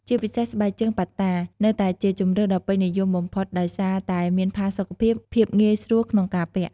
ជាពិសេស ស្បែកជើងប៉ាតានៅតែជាជម្រើសដ៏ពេញនិយមបំផុតដោយសារតែមានផាសុកភាព ភាពងាយស្រួលក្នុងការពាក់។